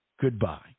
Goodbye